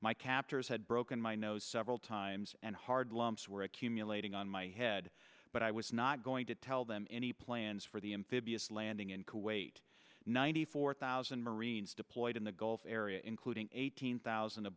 my captors had broken my nose several times and hard lumps were accumulating on my head but i was not going to tell them any plans for the him to be a slanting in kuwait ninety four thousand marines deployed in the gulf area including eighteen thousand